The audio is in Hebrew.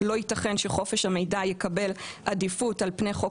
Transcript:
לא ייתכן שחופש המידע יקבל עדיפות על פני חוק